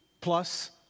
plus